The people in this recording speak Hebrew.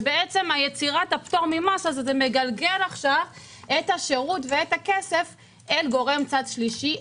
וביצירת הפטור ממס אתה מגלגל את השירות ואת הכסף לגורם צד שלישי,